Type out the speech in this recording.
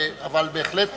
אבל בהחלט,